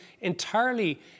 entirely